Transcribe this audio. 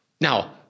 Now